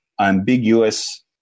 ambiguous